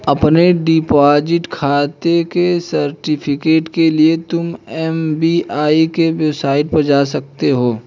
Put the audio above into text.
अपने डिपॉजिट खाते के सर्टिफिकेट के लिए तुम एस.बी.आई की साईट पर जा सकते हो